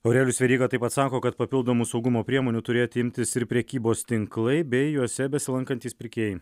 aurelijus veryga taip pat sako kad papildomų saugumo priemonių turėtų imtis ir prekybos tinklai bei juose besilankantys pirkėjai